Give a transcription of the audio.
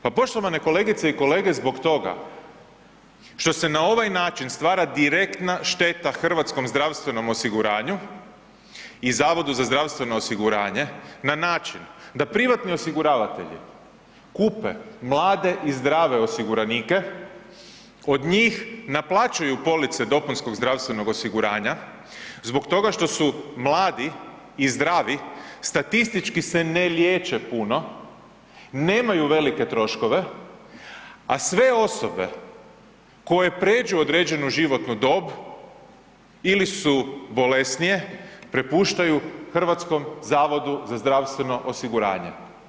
Pa poštovane kolegice i kolege, zbog toga što se na ovaj način stvara direktna šteta hrvatskom zdravstvenom osiguranju i Zavodu za zdravstveno osiguranje na način da privatni osiguravatelji kupe mlade i zdrave osiguranike, od njih naplaćuju police dopunskog zdravstvenog osiguranja zbog toga što su mladi i zdravi statistički se ne liječe puno, nemaju velike troškove a sve osobe koje pređu određenu životnu dob ili su bolesnije, prepuštaju HZZO-u.